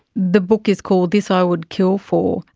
the book is called this i would kill for,